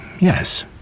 yes